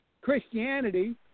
Christianity